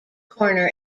corner